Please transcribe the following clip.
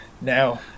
Now